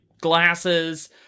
glasses